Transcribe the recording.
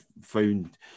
found